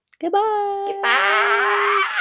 Goodbye